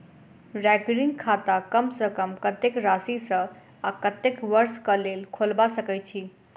recurring खाता कम सँ कम कत्तेक राशि सऽ आ कत्तेक वर्ष कऽ लेल खोलबा सकय छी